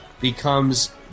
becomes